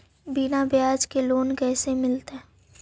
बिना ब्याज के लोन कैसे मिलतै?